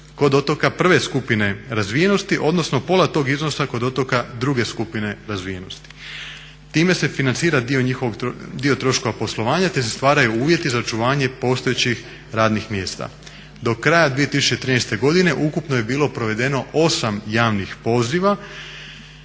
kod otoka prve skupine razvijenosti, odnosno pola tog iznosa kod otoka druge skupine razvijenosti. Time se financira dio troškova poslovanja, te se stvaraju uvjeti za očuvanje postojećih radnih mjesta. Do kraja 2013. godine ukupno je bilo provedeno 8 javnih poziva.